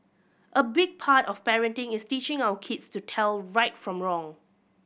a big part of parenting is teaching our kids to tell right from wrong